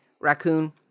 raccoon